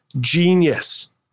genius